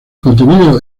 contenido